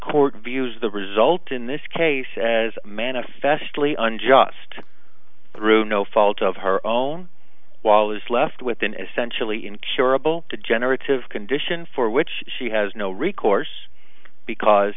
court views the result in this case as manifestly unjust through no fault of her own wall is left with an essentially incurable degenerative condition for which she has no recourse because